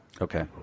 Okay